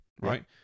right